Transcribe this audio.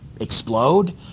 explode